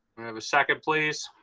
have a second, please.